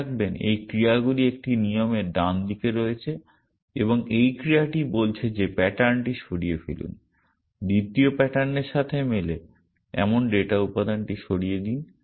মনে রাখবেন এই ক্রিয়াগুলি একটি নিয়মের ডানদিকে রয়েছে এবং এই ক্রিয়াটি বলছে যে প্যাটার্নটি সরিয়ে ফেলুন দ্বিতীয় প্যাটার্নের সাথে মেলে এমন ডেটা উপাদানটি সরিয়ে দিন